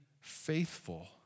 faithful